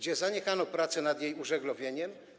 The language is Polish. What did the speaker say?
Zaniechano pracy nad jej użeglowieniem.